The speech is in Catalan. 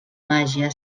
màgia